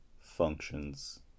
functions